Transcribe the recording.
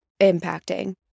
impacting